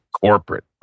corporate